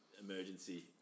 emergency